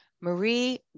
Marie